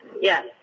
Yes